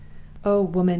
oh, woman,